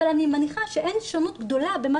אבל אני מניחה שאין שונות גדולה בין מה